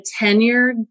tenured